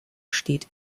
steht